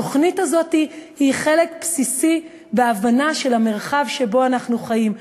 התוכנית הזאת היא חלק בסיסי בהבנה של המרחב שבו אנחנו חיים.